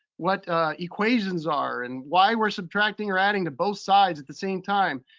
what equations are, and why we're subtracting or adding to both sides at the same time.